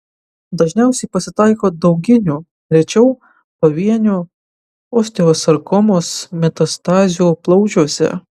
dažniausiai pasitaiko dauginių rečiau pavienių osteosarkomos metastazių plaučiuose